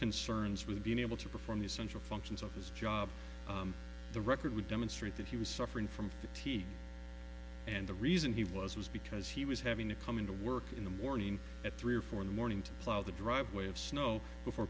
concerns with being able to perform the essential functions of his job the record would demonstrate that he was suffering from fatigue and the reason he was was because he was having to come into work in the morning at three or four in morning to plow the driveway of snow before